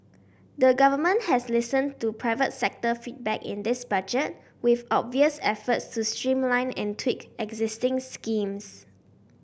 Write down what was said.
the Government has listened to private sector feedback in this Budget with obvious efforts to streamline and tweak existing schemes